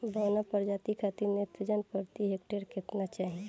बौना प्रजाति खातिर नेत्रजन प्रति हेक्टेयर केतना चाही?